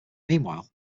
meanwhile